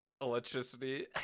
electricity